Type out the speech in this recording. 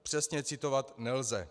Přesně citovat nelze.